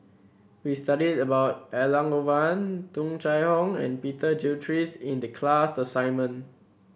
we studied about Elangovan Tung Chye Hong and Peter Gilchrist in the class assignment